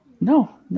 No